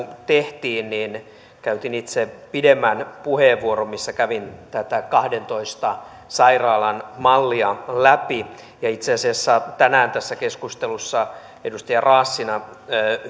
tehtiin käytin itse pidemmän puheenvuoron missä kävin tätä kahdentoista sairaalan mallia läpi itse asiassa tänään tässä keskustelussa edustaja raassina